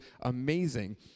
amazing